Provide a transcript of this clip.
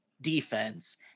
defense